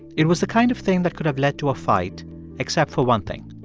it was the kind of thing that could have led to a fight except for one thing.